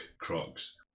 Crocs